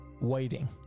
waiting